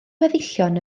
weddillion